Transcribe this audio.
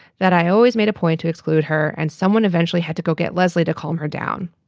that i always made a point to exclude her. and someone eventually had to go get leslie to calm her down.